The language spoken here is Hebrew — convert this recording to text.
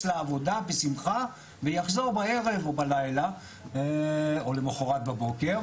לעבודה בשמחה ויחזור בערב או בלילה או למחרת בבוקר,